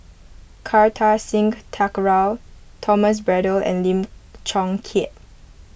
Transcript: Kartar Singh Thakral Thomas Braddell and Lim Chong Keat